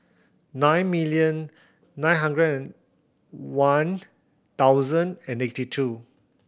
nine million nine hundred and one thousand and eighty two